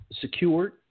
secured